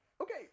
Okay